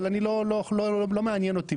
אבל לא מעניין אותי,